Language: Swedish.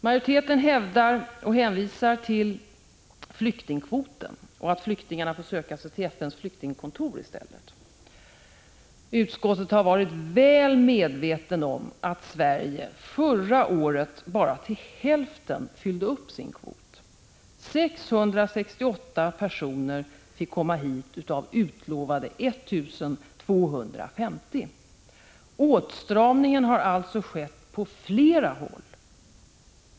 Majoriteten hänvisar till flyktingkvoten och hävdar att flyktingarna får söka sig till FN:s flyktingkontor. Utskottet har varit väl medvetet om att Sverige förra året bara till hälften fyllde sin kvot. 668 personer fick komma hit av utlovade 1 250. Åtstramningarna har alltså skett på flera håll.